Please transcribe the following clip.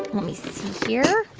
let me see here.